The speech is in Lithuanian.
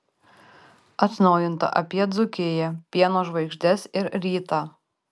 atnaujinta apie dzūkiją pieno žvaigždes ir rytą